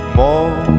more